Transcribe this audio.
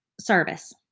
service